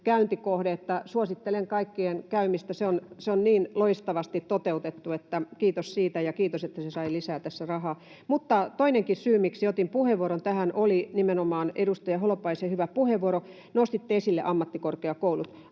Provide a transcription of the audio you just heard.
niin että suosittelen kaikille käymistä. Se on niin loistavasti toteutettu. Kiitos siitä, ja kiitos, että se sai lisää tässä rahaa. Toinenkin syy, miksi otin puheenvuoron tähän, oli nimenomaan edustaja Holopaisen hyvä puheenvuoro. Nostitte esille ammattikorkeakoulut.